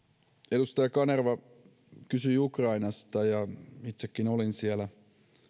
edustaja kanerva kysyi ukrainasta ja itsekin olin siellä